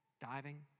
diving